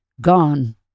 Gone